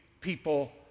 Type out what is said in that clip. people